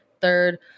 third